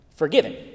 forgiven